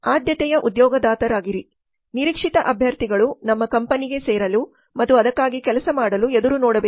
ಆದ್ಯತೆಯ ಉದ್ಯೋಗದಾತರಾಗಿರಿ ನಿರೀಕ್ಷಿತ ಅಭ್ಯರ್ಥಿಗಳು ನಮ್ಮ ಕಂಪನಿಗೆ ಸೇರಲು ಮತ್ತು ಅದಕ್ಕಾಗಿ ಕೆಲಸ ಮಾಡಲು ಎದುರು ನೋಡಬೇಕು